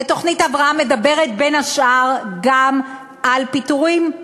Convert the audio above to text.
ותוכנית ההבראה מדברת, בין השאר, גם על פיטורים.